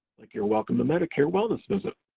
like your welcome to medicare wellness visit,